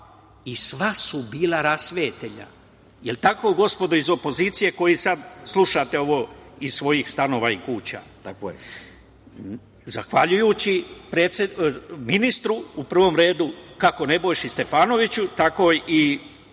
I sva su bila rasvetljena. Jel tako gospodo iz opozicije, koji sada slušate ovo iz svojih tanova i kuća? Zahvaljujući ministru u prvom redu, kako Nebojši Stefanoviću, tako i